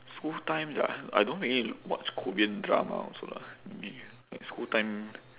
school times ah I don't really watch korean drama also lah maybe like school time